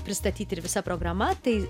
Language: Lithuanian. pristatyti ir visa programa tai